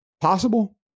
Possible